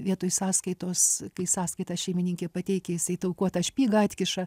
vietoj sąskaitos kai sąskaitą šeimininkė pateikia jisai taukuotą špygą atkiša